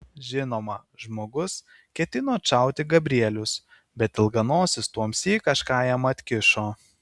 žinoma žmogus ketino atšauti gabrielius bet ilganosis tuomsyk kažką jam atkišo